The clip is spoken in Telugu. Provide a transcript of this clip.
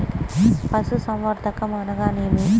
పశుసంవర్ధకం అనగానేమి?